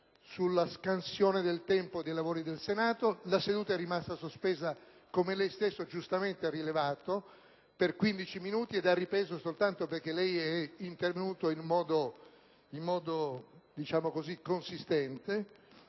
sulla scansione del tempo dei lavori del Senato. La seduta è rimasta sospesa, come lei stesso ha giustamente rilevato, per quasi 15 minuti ed è ripresa soltanto perché lei è intervenuto in modo consistente.